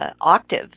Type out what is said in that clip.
octave